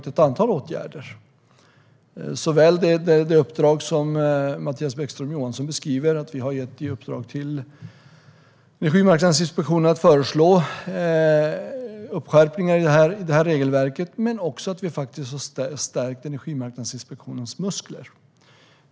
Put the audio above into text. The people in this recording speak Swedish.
Det gäller bland annat det uppdrag som Mattias Bäckström Johansson beskriver, att vi har gett Energimarknadsinspektionen i uppdrag att föreslå skärpningar av regelverket. Men vi har också stärkt Energimarknadsinspektionens muskler.